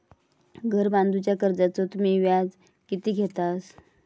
घर बांधूच्या कर्जाचो तुम्ही व्याज किती घेतास?